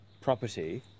property